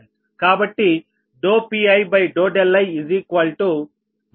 కాబట్టి Pii Qi Vi2Bii